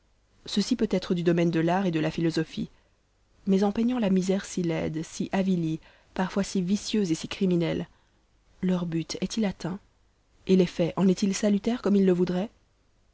ceci peut être du domaine de l'art et de la philosophie mais en peignant la misère si laide si avilie parfois si vicieuse et si criminelle leur but est-il atteint et l'effet en est-il salutaire comme ils le voudraient